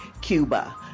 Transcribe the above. Cuba